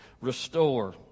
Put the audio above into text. Restore